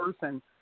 person